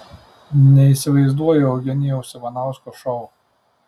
neįsivaizduoju eugenijaus ivanausko šou